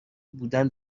بودن